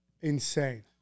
insane